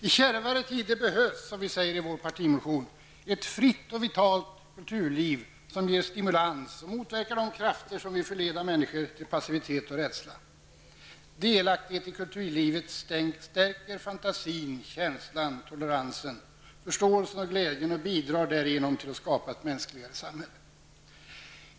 I kärvare tider behövs, som vi säger i vår partimotion, ett fritt och vitalt kulturliv som ger stimulans och motverkar de krafter som vill förleda människor till passivitet och rädsla. Delaktighet i kulturlivet stärker fantasin, känslan, toleransen, förståelsen och glädjen samt bidrar därigenom till att skapa ett mänskligare samhälle.